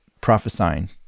prophesying